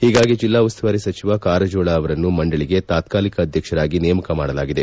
ಹೀಗಾಗಿ ಜಿಲ್ಲಾ ಉಸ್ತುವಾರಿ ಸಚಿವ ಕಾರಜೋಳ ಅವರನ್ನು ಮಂಡಳಿಗೆ ತಾತ್ಕಾಲಿಕ ಅಧ್ಯಕ್ಷರಾಗಿ ನೇಮಕ ಮಾಡಲಾಗಿದೆ